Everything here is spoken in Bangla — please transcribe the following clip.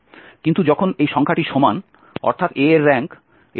কিন্তু যখন এই সংখ্যাটি সমান অর্থাৎ A এর র্যাঙ্ক A